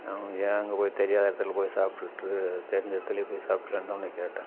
ஏன் அங்கே போய் தெரியாத இடத்துல போய் சாப்ட்டுகிட்டு தெரிஞ்ச இடத்துலையே போய் சாப்ட்டுலாம்னு தான் உன்ன கேட்டேன்